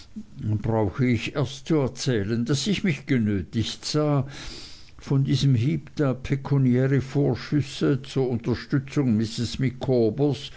brauche ich erst zu erzählen daß ich mich bald genötigt sah von diesem heep da pekuniäre vorschüsse zur unterstützung mrs